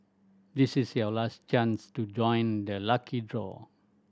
this is your last chance to join the lucky draw